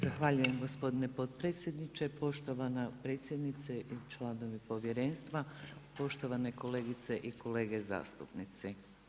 Zahvaljujem gospodine potpredsjedniče, poštovana predsjednice i članovi Povjerenstva, poštovane kolegice i kolege zastupnici.